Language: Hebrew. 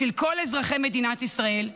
בשביל כל אזרחי מדינת ישראל,